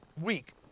week